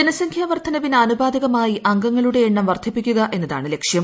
ജനസംഖ്യ വർധനവിന് ആനുപാതികമായി അംഗങ്ങളുടെ എണ്ണം വർധിപ്പിക്കുക എന്നതാണ് ലക്ഷ്യം